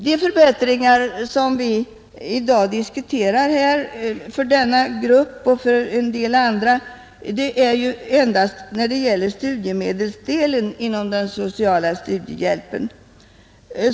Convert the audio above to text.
De förbättringar som vi i dag diskuterar för denna grupp och för en del andra gäller endast studiemedelsdelen inom den sociala studiehjälpen.